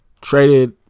Traded